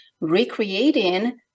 recreating